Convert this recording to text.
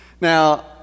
Now